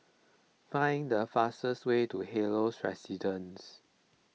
find the fastest way to Helios Residences